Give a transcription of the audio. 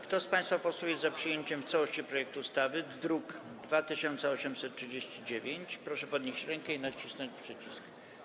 Kto z państwa posłów jest za przyjęciem w całości projektu ustawy z druku nr 2839, proszę podnieść rękę i nacisnąć przycisk.